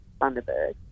Thunderbird